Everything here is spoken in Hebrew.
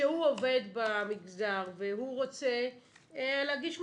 שהוא עובד במגזר והוא רוצה להגיש מועמדות,